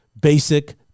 basic